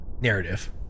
Narrative